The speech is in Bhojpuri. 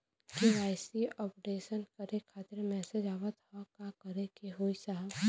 के.वाइ.सी अपडेशन करें खातिर मैसेज आवत ह का करे के होई साहब?